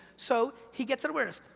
so, he gets that awareness.